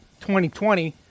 2020